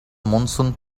monsoon